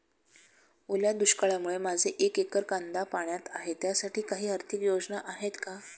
ओल्या दुष्काळामुळे माझे एक एकर कांदा पाण्यात आहे त्यासाठी काही आर्थिक योजना आहेत का?